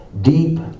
deep